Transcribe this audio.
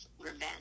revenge